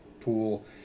pool